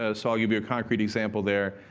ah so i'll give you a concrete example there.